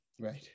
right